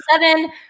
seven